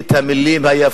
שלנו.